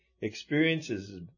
experiences